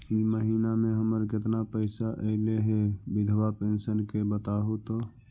इ महिना मे हमर केतना पैसा ऐले हे बिधबा पेंसन के बताहु तो?